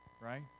Right